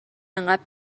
انقدر